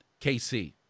KC